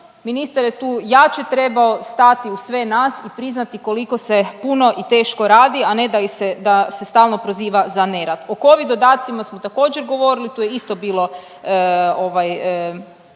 Ministar je tu jače trebao stati uz sve nas i priznati koliko se puno i teško radi, a ne da ih stalno proziva za nerad. O Covid dodacima smo također govorili tu je isti bilo